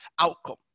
outcome